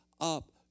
up